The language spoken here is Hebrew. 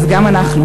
אז גם אנחנו,